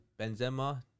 Benzema